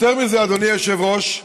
יותר מזה, אדוני היושב-ראש,